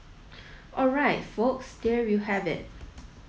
all right folks there you have it